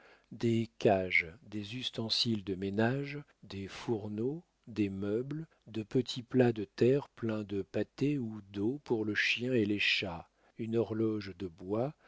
des cages des ustensiles de ménage des fourneaux des meubles de petits plats de terre pleins de pâtée ou d'eau pour le chien et les chats une horloge de bois